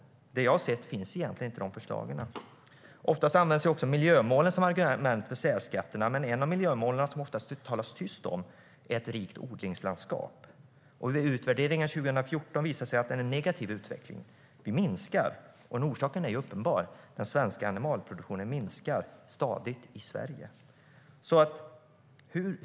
I det jag har sett finns inte de förslagen. Oftast används också miljömålen som argument för särskatterna, men ett miljömål som det oftast talas tyst om är ett rikt odlingslandskap. Vid utvärderingen 2014 visade det sig att vi har en negativ utveckling. Vi minskar, och orsaken är uppenbar: Animalproduktionen minskar stadigt i Sverige.